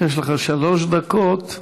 יש לך שלוש דקות.